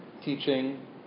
teaching